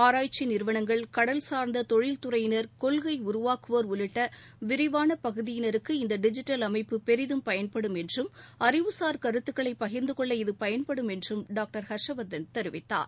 ஆராய்ச்சி நிறுவனங்கள் கடல் சாா்ந்த தொழில் துறையினா் கொள்கை உருவாக்குவோா் உள்ளிட்ட விரிவான பகுதியினருக்கு இந்த டிஜிட்டல் அமைப்பு பெரிதும் பயன்படும் என்றும் அறிவுளா கருத்துக்களை பகிர்ந்து கொள்ள பயன்படும் என்றும் டாக்டர் ஹர்ஷவர்தன் தெரிவித்தார்